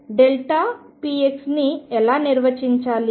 px ని ఎలా నిర్వచించాలి